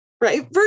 right